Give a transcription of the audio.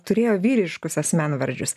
turėjo vyriškus asmenvardžius